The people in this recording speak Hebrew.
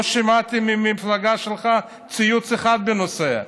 לא שמעתי מהמפלגה שלך ציוץ אחד בנושא.